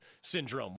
syndrome